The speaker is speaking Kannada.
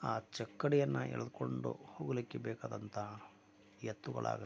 ಆ ಚಕ್ಕಡಿಯನ್ನು ಎಳೆದುಕೊಂಡು ಹೋಗಲಿಕ್ಕೆ ಬೇಕಾದಂತ ಎತ್ತುಗಳಾಗಲಿ